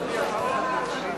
לדיון מוקדם בוועדת הכלכלה נתקבלה.